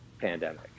pandemic